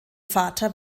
vater